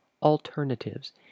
alternatives